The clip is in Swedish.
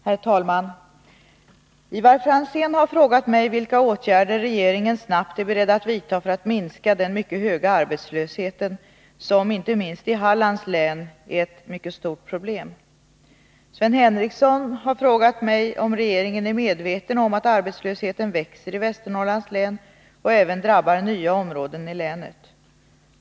Herr talman! Ivar Franzén har frågat mig vilka åtgärder regeringen är beredd att snabbt vidta för att minska den mycket stora arbetslösheten, som inte minst i Hallands län är ett mycket stort problem. Sven Henricsson har frågat mig om regeringen är medveten om att arbetslösheten växer i Västernorrlands län och även drabbar nya områden i länet.